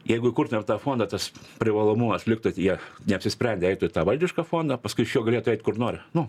jeigu įkurtumėm tą fondą tas privalomumas liktųt jie neapsisprendę eitų į tą valdišką fondą paskui iš jo galėtų eit kur nori nu